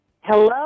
Hello